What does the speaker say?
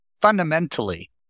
Fundamentally